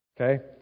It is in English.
Okay